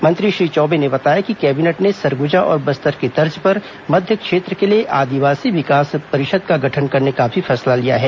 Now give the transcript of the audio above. मंत्री श्री चौबे ने बताया कि कैबिनेट ने सरगुजा और बस्तर की तर्ज पर मध्य क्षेत्र के लिए आदिवासी विकास परिषद का गठन करने का भी फैसला लिया है